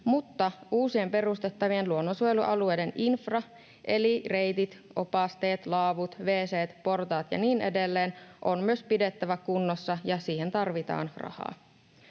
mutta uusien perustettavien luonnonsuojelualueiden infra eli reitit, opasteet, laavut, wc:t, portaat ja niin edelleen on myös pidettävä kunnossa, ja siihen tarvitaan rahaa.